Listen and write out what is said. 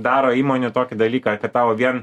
daro įmonių tokį dalyką kad tavo vien